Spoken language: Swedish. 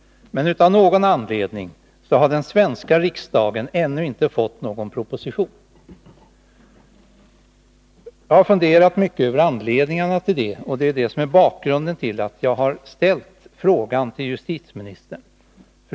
Men av någon anledning har den svenska riksdagen ännu inte fått någon proposition. Jag har funderat mycket över anledningen till det, och det är detta som är bakgrunden till att jag har ställt frågan till justitieministern.